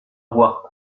voir